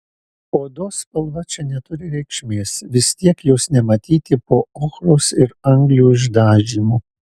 odos spalva čia neturi reikšmės vis tiek jos nematyti po ochros ir anglių išdažymu